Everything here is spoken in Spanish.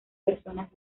personas